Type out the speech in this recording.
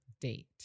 date